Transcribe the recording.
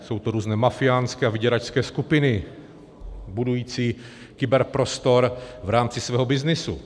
Jsou to různé mafiánské a vyděračské skupiny budující kyberprostor v rámci svého byznysu.